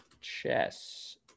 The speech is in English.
chess